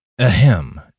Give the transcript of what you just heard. Ahem